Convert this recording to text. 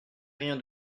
rien